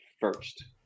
first